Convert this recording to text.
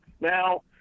Now